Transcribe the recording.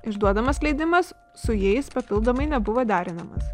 išduodamas leidimas su jais papildomai nebuvo derinamas